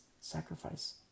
sacrifice